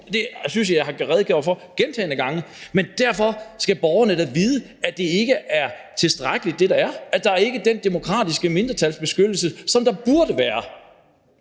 det synes jeg at jeg har redegjort for gentagne gange – men derfor skal borgerne da alligevel vide, at det, der er, ikke er tilstrækkeligt, altså at der ikke er den demokratiske mindretalsbeskyttelse, der burde være.